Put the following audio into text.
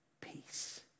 peace